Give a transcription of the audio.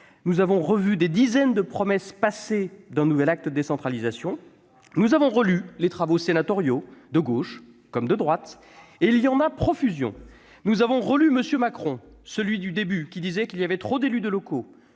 nous avons revu des dizaines de promesses passées d'un nouvel acte de la décentralisation ; nous avons relu les travaux sénatoriaux, de gauche comme de droite- il y en a à profusion !-; nous avons relu M. Macron, celui du début, qui disait qu'il y avait trop d'élus locaux,